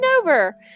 over